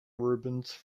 rubens